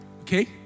okay